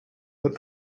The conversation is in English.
but